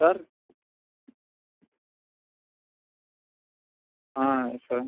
sir yes sir